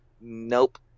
Nope